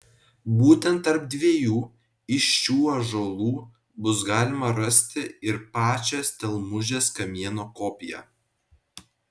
būtent tarp dviejų iš šių ąžuolų bus galima rasti ir pačią stelmužės kamieno kopiją